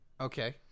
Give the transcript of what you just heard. Okay